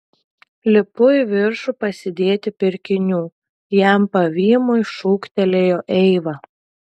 lipu į viršų pasidėti pirkinių jam pavymui šūktelėjo eiva